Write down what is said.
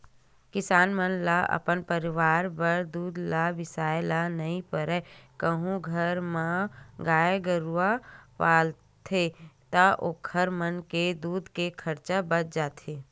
किसान मन ल अपन परवार बर दूद ल बिसाए ल नइ परय कहूं घर म गाय गरु पालथे ता ओखर मन के दूद के खरचा ह बाच जाथे